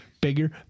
bigger